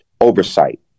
oversight